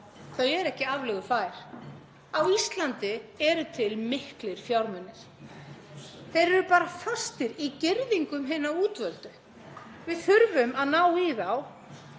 Þau eru ekki aflögufær. Á Íslandi eru til miklir fjármunir. Þeir eru bara fastir í girðingum hinna útvöldu. Við þurfum að ná í þá